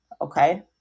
okay